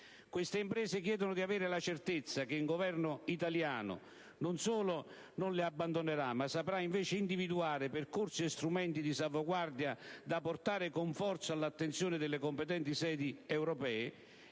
Queste imprese chiedono di avere la certezza che il Governo italiano, non solo non le abbandonerà, ma saprà invece individuare percorsi e strumenti di salvaguardia da portare con forza all'attenzione delle competenti sedi europee.